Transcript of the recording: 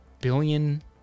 billion